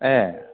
ए